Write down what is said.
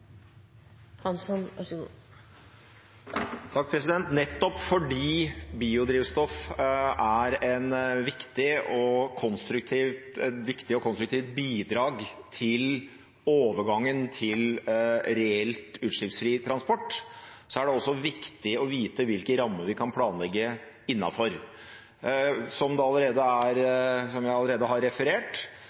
viktig og konstruktivt bidrag til overgangen til reelt utslippsfri transport, er det også viktig å vite hvilke rammer vi kan planlegge innenfor. Som jeg allerede har referert, er bare de forventningene som